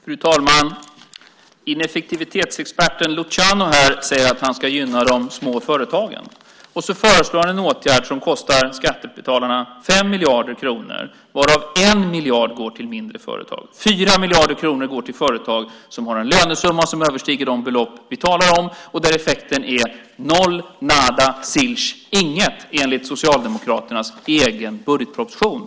Fru talman! Ineffektivitetsexperten Luciano säger att han ska gynna de små företagen, och så föreslår han en åtgärd som kostar skattebetalarna 5 miljarder kronor, varav 1 miljard går till mindre företag. 4 miljarder kronor går till företag som har en lönesumma som överstiger de belopp vi talar om och där effekten är noll, nada, silch , inget enligt Socialdemokraternas egen budgetproposition.